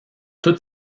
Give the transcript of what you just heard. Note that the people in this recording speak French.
toute